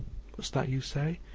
what's that you say?